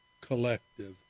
collective